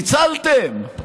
ניצלתם.